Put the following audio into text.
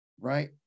right